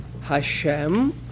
Hashem